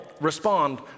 respond